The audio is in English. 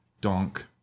Donk